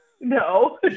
No